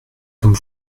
comme